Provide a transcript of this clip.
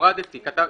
כך,